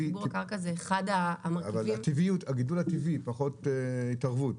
חיבור לקרקע זה אחד המרכיבים --- אבל הגידול הטבעי פחות התערבות.